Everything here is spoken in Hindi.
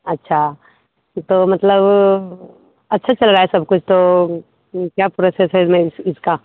अच्छा तो मतलब अच्छा चल रहा है सब कुछ तो क्या प्रोसेस है इसका